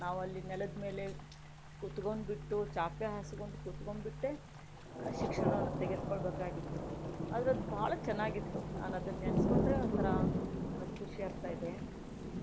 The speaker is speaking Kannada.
ನಾವಲ್ಲಿ ನೆಲದ ಮೇಲೆ ಕುತ್ಕೊಂಡ್ಬಿಟ್ಟು ಚಾಪೆ ಹಾಸಿಕೊಂಡು ಕುತ್ಕೊಂಡ್ಬಿಟ್ಟೇ ಶಿಕ್ಷಣವನ್ನು ತೆಗೆದುಕೊಳ್ಳಬೇಕಾಗಿತ್ತು ಆದರೆ ಅದು ಬಹಳ ಚೆನ್ನಾಗಿತ್ತು ನಾನು ಅದನ್ನು ನೆನೆಸಿಕೊಂಡರೆ ಒಂಥರ ನನಗೆ ಖುಷಿ ಆಗ್ತಾ ಇದೆ